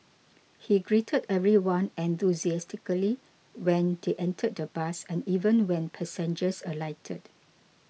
he greeted everyone enthusiastically when they entered the bus and even when passengers alighted